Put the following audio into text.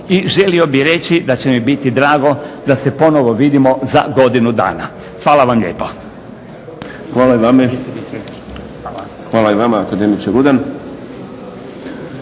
i želio bih reći da će mi biti drago da se ponovno vidimo za godinu dana. Hvala vam lijepa. **Šprem, Boris (SDP)** Hvala i vama akademiče Rudan.